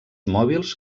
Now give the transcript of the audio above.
mòbils